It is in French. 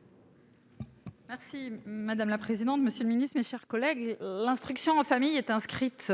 explication de vote. Monsieur le ministre, mes chers collègues, l'instruction en famille est inscrite